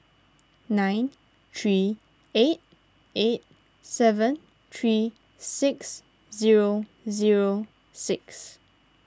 nine three eight eight seven three six zero zero six